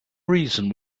reason